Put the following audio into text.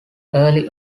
early